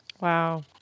Wow